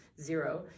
zero